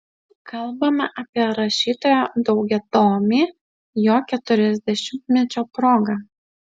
kalbame apie rašytojo daugiatomį jo keturiasdešimtmečio proga